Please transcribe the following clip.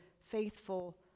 faithful